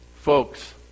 Folks